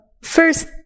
first